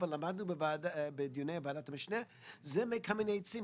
אבל למדנו בדיוני ועדת המשנה הם מקמיני עצים.